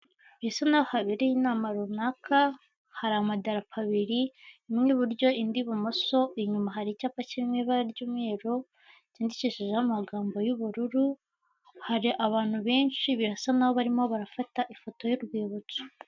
Birasa naho habereye inama runaka, hari amadarapo abiri imwe iburyo, indi ibumoso, inyuma hari icyapa kiri mu ibara ry'umweru cyandikishijeho amagambo y'ubururu, hari abantu benshi birasa naho barimo barafata ifoto y'urwibutso.